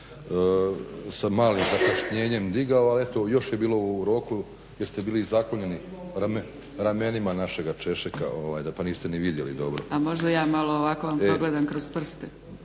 sa malim zakašnjenjem digao, ali eto još je bilo u roku jer ste bili i zaklonjeni ramenima našega Češeka pa niste ni vidjeli dobro. **Zgrebec, Dragica (SDP)** A možda ja malo ovako vam progledam kroz prste.